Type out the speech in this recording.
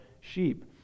sheep